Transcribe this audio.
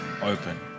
open